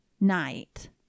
night